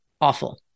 awful